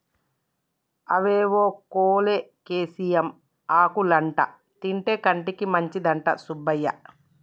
అవేవో కోలేకేసియం ఆకులంటా తింటే కంటికి మంచిదంట సుబ్బయ్య